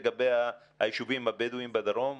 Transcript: לגבי היישובים הבדואים בדרום?